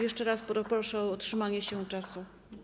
Jeszcze raz proszę o trzymanie się czasu.